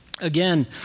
again